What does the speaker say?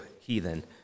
heathen